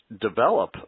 develop